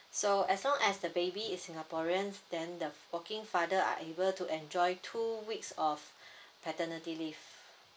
so as long as the baby is singaporeans then the working father are able to enjoy two weeks of paternity leave